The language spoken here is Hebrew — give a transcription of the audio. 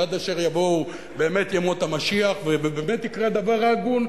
עד אשר יבואו באמת ימות המשיח ובאמת יקרה הדבר ההגון,